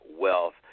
wealth